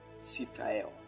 Sitael